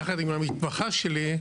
יחד עם המתמחה שלי,